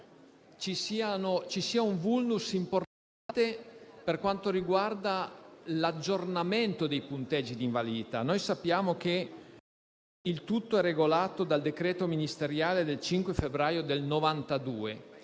ci sia un *vulnus* importante per quanto riguarda l'aggiornamento dei punteggi di invalidità. Noi sappiamo che il tutto è regolato dal decreto ministeriale del 5 febbraio 1992,